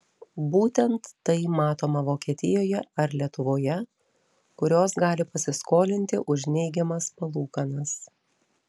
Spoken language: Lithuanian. būtent tai matoma vokietijoje ar lietuvoje kurios gali pasiskolinti už neigiamas palūkanas